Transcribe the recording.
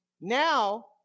now